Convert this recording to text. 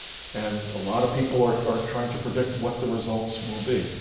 and a lot of people are are trying to predict what the results will be.